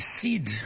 seed